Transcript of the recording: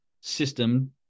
system